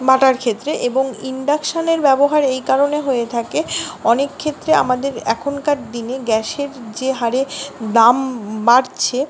butter ক্ষেত্রে এবং ইন্ডাকশানের ব্যবহার এই কারণে হয়ে থাকে অনেক ক্ষেত্রে আমাদের এখনকার দিনে গ্যাসের যে হারে দাম বাড়ছে